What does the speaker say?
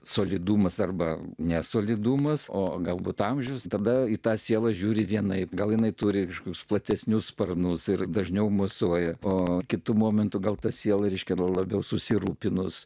solidumas arba nesolidumas o galbūt amžius tada į tą sielą žiūri vienaip gal jinai turi ryškius platesnius sparnus ir dažniau mosuoja po kitu momentu gal ta siela ryškino labiau susirūpinus